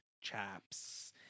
chaps